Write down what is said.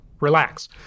relax